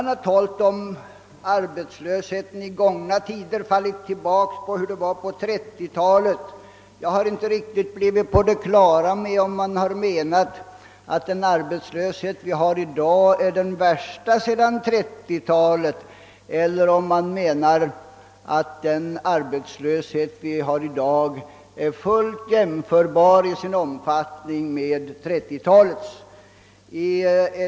Det har talats om arbetslösheten i gamla tider, om hur det var på 1930 talet men jag har inte blivit helt på det klara med om man menat att dagens arbetslöshet är den värsta sedan 1930 talet, eller om arbetslösheten nu till sin omfattning är fullt jämförbar med 1930 talets.